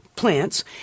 plants